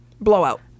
Blowout